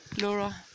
Laura